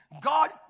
God